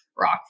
Rock